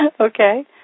Okay